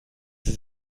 sie